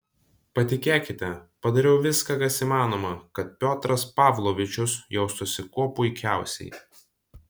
patikėkite padariau viską kas įmanoma kad piotras pavlovičius jaustųsi kuo puikiausiai